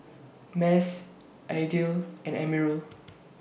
Mas Aidil and Amirul